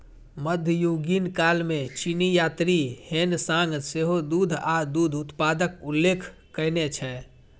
मध्ययुगीन काल मे चीनी यात्री ह्वेन सांग सेहो दूध आ दूध उत्पादक उल्लेख कयने छै